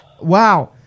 Wow